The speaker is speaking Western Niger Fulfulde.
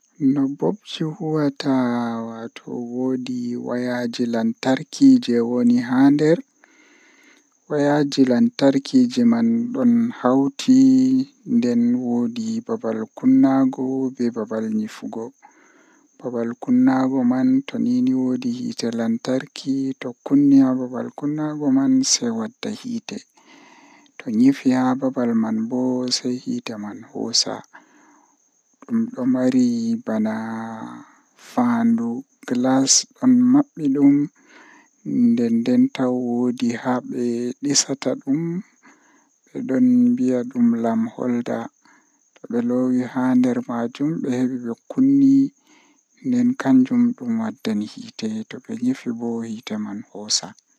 Fijide mi burda yidugo kanjum woni ballon bedon wiya dum football malla soccer be turankoore nden fijirde man beldum masin nden himbe dubbe don yidi halla man.